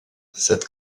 cette